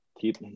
Keep